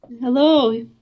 Hello